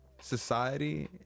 society